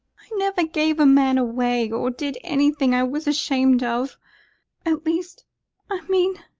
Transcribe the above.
i never gave a man away or did anything i was ashamed of at least i mean,